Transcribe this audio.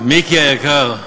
מיקי היקר,